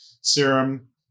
serum